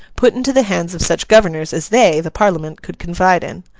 put into the hands of such governors as they, the parliament, could confide in.